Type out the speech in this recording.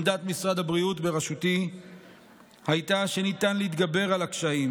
עמדת משרד הבריאות בראשותי הייתה שניתן להתגבר על הקשיים,